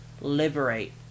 liberate